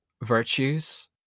virtues